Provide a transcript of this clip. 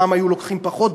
פעם היו לוקחים פחות.